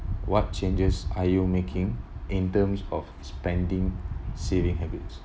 what changes are you making in terms of spending saving habits